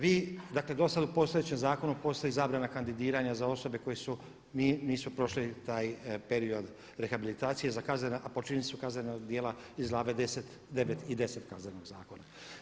Vi dakle do sad u postojećem zakonu postoji zabrana kandidiranja za osobe koje su, nisu prošli taj period rehabilitacije za kaznena, a počinili su kaznena djela iz glave IX. i X. Kaznenog zakona.